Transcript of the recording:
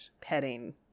petting